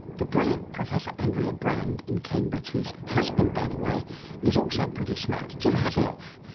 the brilliant professor andrea brand in cambridge whose husband by the way is also pretty smart, jim hasselhoff,